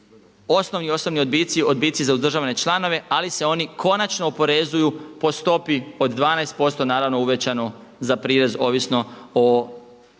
odbici, odbici za uzdržavane članove ali se oni konačno oporezuju po stopi od 12% naravno uvećano za prirez ovisno o